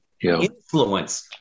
influence